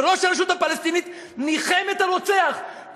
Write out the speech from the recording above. וראש הרשות הפלסטינית ניחם את הרוצח,